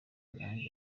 nanjye